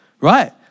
right